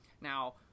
Now